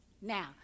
Now